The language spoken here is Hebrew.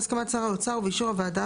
בהסכמת שר האוצר ובאישור הוועדה,